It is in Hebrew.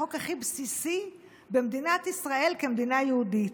החוק הכי בסיסי במדינת ישראל כמדינה יהודית.